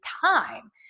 time